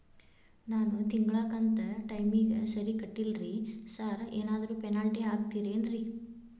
ನಾನು ತಿಂಗ್ಳ ಕಂತ್ ಟೈಮಿಗ್ ಸರಿಗೆ ಕಟ್ಟಿಲ್ರಿ ಸಾರ್ ಏನಾದ್ರು ಪೆನಾಲ್ಟಿ ಹಾಕ್ತಿರೆನ್ರಿ?